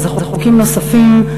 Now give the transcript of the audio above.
וזה חוקים נוספים,